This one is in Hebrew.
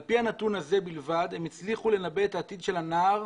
על פי הנתון הזה בלבד הם הצליחו לנבא את העתיד של הנער.